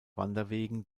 wanderwegen